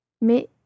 Mais